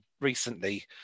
recently